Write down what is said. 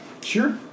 Sure